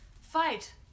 Fight